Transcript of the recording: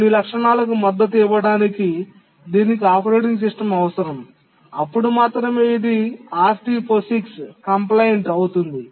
కొన్ని లక్షణాలకు మద్దతు ఇవ్వడానికి దీనికి ఆపరేటింగ్ సిస్టమ్ అవసరం అప్పుడు మాత్రమే ఇది RT POSIX కంప్లైంట్ అవుతుంది